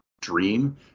dream